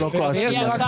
הם לא כועסים עליך.